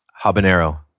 Habanero